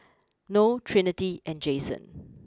Noe Trinity and Jason